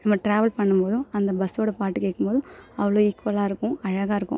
நம்ம ட்ராவல் பண்ணும்போதும் அந்த பஸ்ஸோட பாட்டு கேட்கும்போதும் அவ்வளோ ஈக்குவலாக இருக்கும் அழகாக இருக்கும்